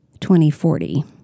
2040